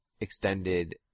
extended